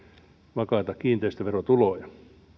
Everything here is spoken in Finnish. vakaita kiinteistöverotuloja